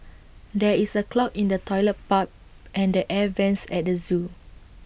there is A clog in the Toilet Pipe and the air Vents at the Zoo